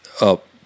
up